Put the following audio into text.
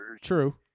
True